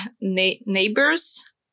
neighbors